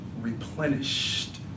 replenished